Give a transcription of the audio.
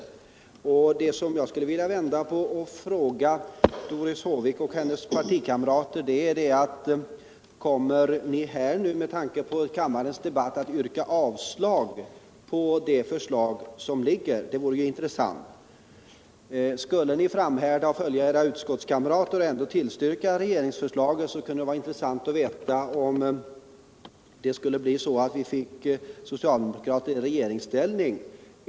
Med tanke på kammarens debatt skulle jag vilja fråga Doris Håvik och hennes partikamrater: Kommer ni att yrka avslag på det förslag som ligger? Om ni skulle framhärda och följa era utskottskamrater och tillstyrka regeringsförslaget, vore det intressant att få veta hurdet skulle bli om socialdemokraterna kom i regeringsställning.